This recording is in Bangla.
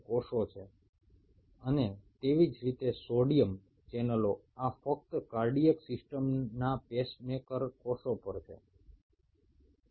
অবশ্যই স্লো অ্যাক্টিভিটিং সোডিয়াম চ্যানেলও রয়েছে যেগুলোকে কার্ডিয়াক সিস্টেমের পেসমেকার কোষের মধ্যে দেখতে পাওয়া যায়